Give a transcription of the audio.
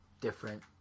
different